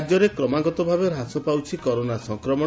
ରାଜ୍ୟରେ କ୍ରମାଗତ ଭାବେ ହ୍ରାସପାଉଛି କରୋନା ସଂକ୍ରମଣ